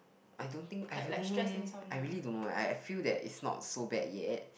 I don't think I don't know leh I really don't know leh I feel that it's not so bad yet